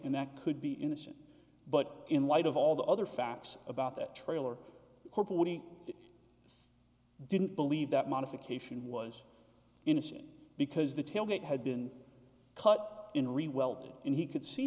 and that could be innocent but in light of all the other facts about that trailer i didn't believe that modification was innocent because the tailgate had been cut in really well and he could see